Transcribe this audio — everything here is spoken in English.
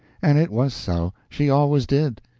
and it was so she always did.